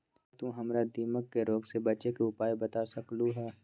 का तू हमरा दीमक के रोग से बचे के उपाय बता सकलु ह?